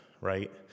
right